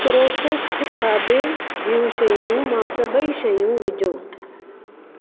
processed खाधे जूं शयूं मां सभेई शयूं विझो